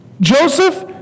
Joseph